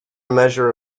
measure